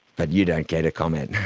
but you don't care to comment?